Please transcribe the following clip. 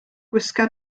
gwisga